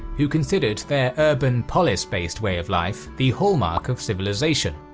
who considered their urban polis-based way of life the hallmark of civilization.